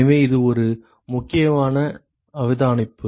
எனவே இது ஒரு முக்கியமான அவதானிப்பு